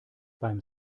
beim